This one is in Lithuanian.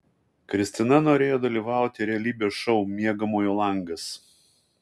kristina norėjo dalyvauti realybės šou miegamojo langas